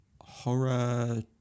horror